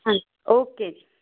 ਹਾਂਜੀ ਓਕੇ ਜੀ